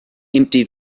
empty